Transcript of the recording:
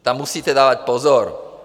Tam musíte dávat pozor.